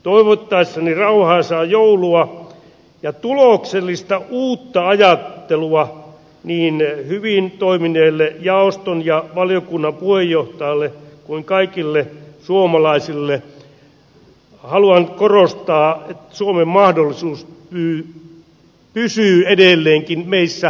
toivottaessani rauhaisaa joulua ja tuloksellista uutta ajattelua niin hyvin toimineelle jaoston ja valiokunnan puheenjohtajalle kuin kaikille suomalaisille haluan korostaa että suomen mahdollisuus pysyy edelleenkin meissä suomalaisissa